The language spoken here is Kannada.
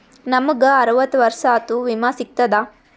ನಮ್ ಗ ಅರವತ್ತ ವರ್ಷಾತು ವಿಮಾ ಸಿಗ್ತದಾ?